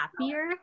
happier